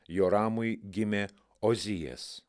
jo ramui gimė ozijas